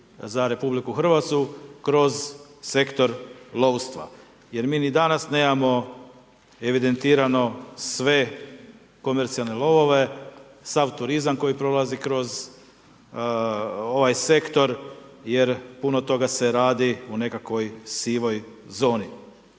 za RH kroz sektor lovstva jer mi ni danas nemamo evidentirano sve komercijalne lovove, sav turizam koji prolazi kroz ovaj sektor jer puno toga se radi u nekakvoj sivoj zoni.